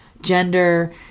gender